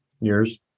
years